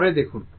পরে দেখুন